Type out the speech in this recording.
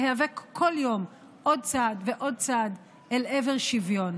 להיאבק כל יום עוד צעד ועוד צעד אל עבר שוויון.